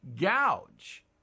gouge